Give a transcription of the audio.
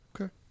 Okay